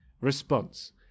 Response